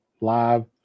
live